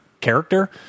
character